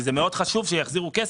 כי זה מאוד חשוב שיחזירו כסף,